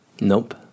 Nope